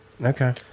Okay